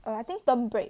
err I think term break